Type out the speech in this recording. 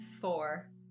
Four